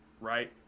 right